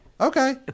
Okay